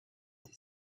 des